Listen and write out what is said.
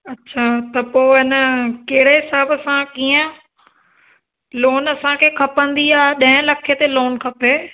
अच्छा त पोइ इन आहे कहिड़े हिसाब सां कीअं लोन असांखे खपंदी आहे ॾह लखे ते लोन खपे